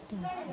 ಅಷ್ಟೇ